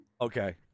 Okay